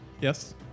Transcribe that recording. Yes